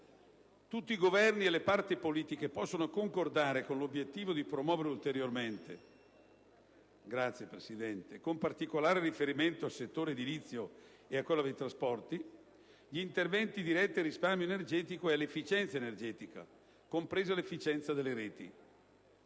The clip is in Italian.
Tutti i Governi e le parti politiche possono concordare con l'obiettivo di promuovere ulteriormente, con particolare riferimento al settore edilizio e a quello dei trasporti, gli interventi diretti al risparmio energetico e all'efficienza energetica, compresa l'efficienza delle reti.